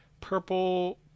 Purple